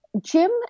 Jim